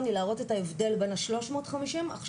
יש אופציה אחת,